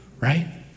right